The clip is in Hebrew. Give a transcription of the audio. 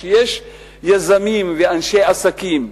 כשיש יזמים ואנשי עסקים,